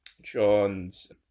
Johns